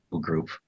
group